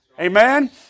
Amen